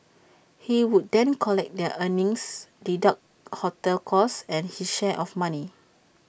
he would then collect their earnings deduct hotel costs and his share of money